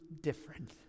different